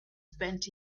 spent